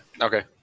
Okay